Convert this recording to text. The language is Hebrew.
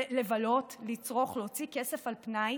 לבלות, לצרוך, להוציא כסף על פנאי,